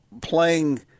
playing